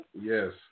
Yes